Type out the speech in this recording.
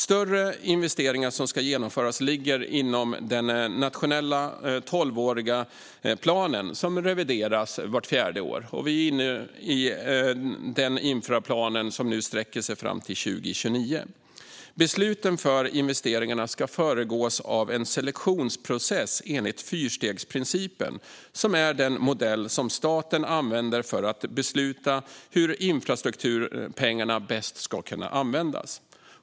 Större investeringar som ska genomföras ligger inom den nationella tolvåriga planen, som revideras vart fjärde år. Vi är nu inne i den infrastrukturplan som sträcker sig fram till 2029. Besluten för investeringarna ska föregås av en selektionsprocess enligt fyrstegsprincipen, som är den modell som staten använder för att besluta hur infrastrukturpengarna bäst ska användas.